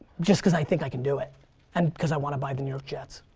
just cause i think i can do it and because i want to buy the new york jets.